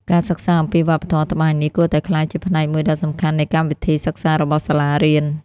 ការសិក្សាអំពីវប្បធម៌ត្បាញនេះគួរតែក្លាយជាផ្នែកមួយដ៏សំខាន់នៃកម្មវិធីសិក្សារបស់សាលារៀន។